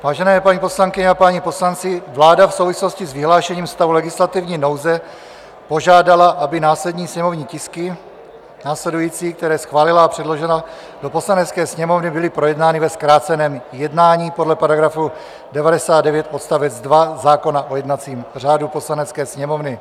Vážené paní poslankyně a páni poslanci, vláda v souvislosti s vyhlášením stavu legislativní nouze požádala, aby následující sněmovní tisky, které schválila a předložila do Poslanecké sněmovny, byly projednány ve zkráceném jednání podle § 99 odst. 2 zákona o jednacím řádu Poslanecké sněmovny.